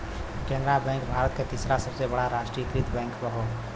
Canara bank Bharat क तीसरा सबसे बड़ा राष्ट्रीयकृत बैंक हौ